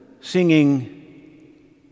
singing